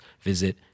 visit